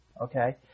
Okay